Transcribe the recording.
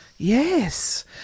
Yes